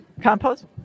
compost